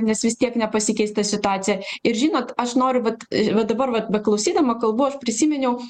nes vis tiek nepasikeis ta situacija ir žinot aš noriu vat va dabar vat beklausydama kalbu aš prisiminiau